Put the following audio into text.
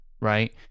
right